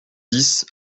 dix